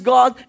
God